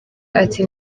ati